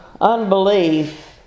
unbelief